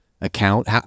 Account